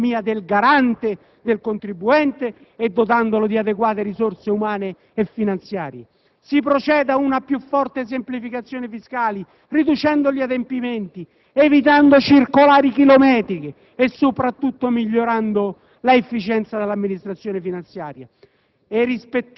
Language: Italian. si eviti l'introduzione di norme tributarie con effetto retroattivo, rafforzando l'autonomia del garante del contribuente e dotandolo di adeguate risorse umane e finanziarie. Si proceda per una più forte semplificazione fiscale, riducendo gli adempimenti, evitando circolari chilometriche